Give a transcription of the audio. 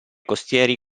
costieri